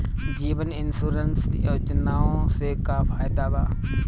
जीवन insurance योजना से का फायदा बा?